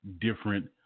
different